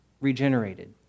regenerated